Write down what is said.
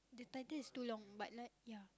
the title is too long but like ya